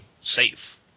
safe